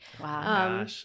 Wow